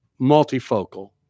multifocal